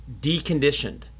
deconditioned